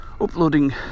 uploading